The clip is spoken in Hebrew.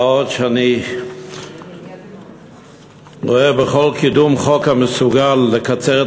מה עוד שאני רואה בכל קידום חוק המסוגל לקצר את